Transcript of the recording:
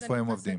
איפה הם עובדים?